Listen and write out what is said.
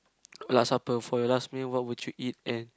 last supper for your last meal what would you eat and